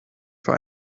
für